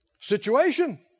situation